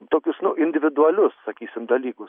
tokius individualius sakysim dalykus